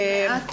מעט